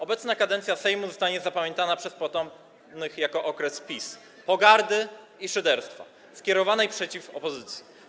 Obecna kadencja Sejmu zostanie zapamiętana przez potomnych jako okres PiS: pogardy i szyderstwa, skierowanych przeciw opozycji.